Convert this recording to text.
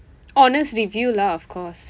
honest review lah of course